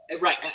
Right